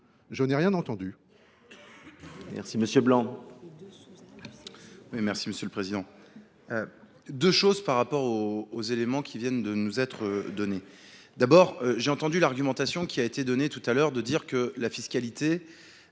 Je n’ai rien entendu.